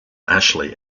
ashley